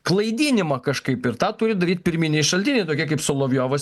klaidinimą kažkaip ir tą turi daryt pirminiai šaltiniai tokie kaip solovjovas